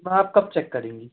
मा आप कब चेक करेंगी